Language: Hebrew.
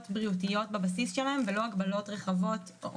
בריאותיות בבסיס שלהן ולא הגבלות רחבות.